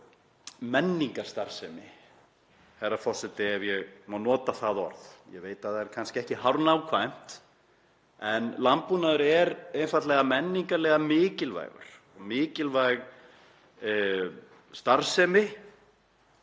menningarstarfsemi, herra forseti, ef ég má nota það orð. Ég veit að það er kannski ekki hárnákvæmt en landbúnaður er einfaldlega menningarlega mikilvæg starfsemi